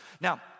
Now